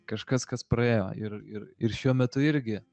kažkas kas praėjo ir ir ir šiuo metu irgi